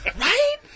right